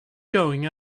going